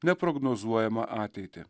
neprognozuojamą ateitį